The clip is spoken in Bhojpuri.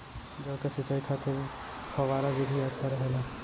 जौ के सिंचाई खातिर फव्वारा विधि अच्छा रहेला?